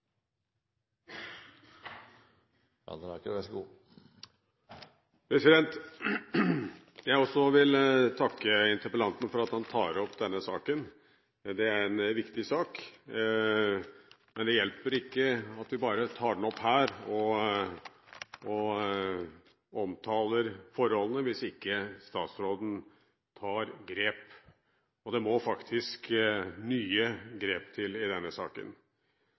jeg vil takke interpellanten for at han tar opp denne saken. Det er en viktig sak, men det hjelper ikke at vi bare tar den opp her og omtaler forholdene, hvis ikke statsråden tar grep. Og det må faktisk nye grep til i denne saken.